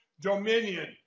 dominion